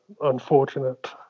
unfortunate